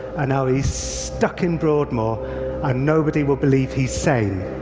and now he's stuck in broadmoor and nobody will believe he's sane.